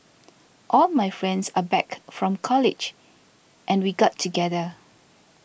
all my friends are back from college and we got together